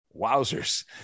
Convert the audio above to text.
Wowzers